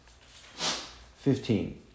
fifteen